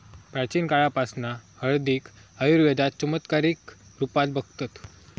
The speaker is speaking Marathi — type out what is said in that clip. प्राचीन काळापासना हळदीक आयुर्वेदात चमत्कारीक रुपात बघतत